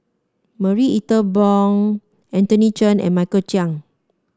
Marie Ethel Bong Anthony Chen and Michael Chiang